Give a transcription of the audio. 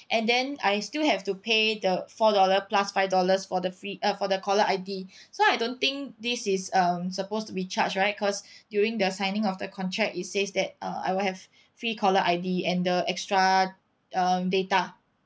and then I still have to pay the four dollar plus five dollars for the free uh for the caller I_D so I don't think this is um supposed to be charged right cause during the signing of the contract it says that uh I will have free caller I_D and the extra um data